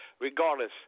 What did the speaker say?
regardless